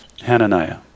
Hananiah